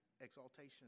Exaltation